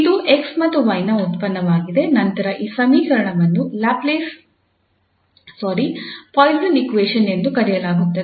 ಇದು 𝑥 ಮತ್ತು 𝑦 ನ ಒಂದು ಉತ್ಪನ್ನವಾಗಿದೆ ನಂತರ ಈ ಸಮೀಕರಣವನ್ನು ಪಾಯ್ಸನ್ ಸಮೀಕರಣ ಎಂದು ಕರೆಯಲಾಗುತ್ತದೆ